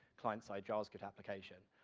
client-side javascript application?